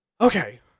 Okay